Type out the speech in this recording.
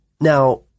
now